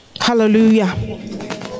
hallelujah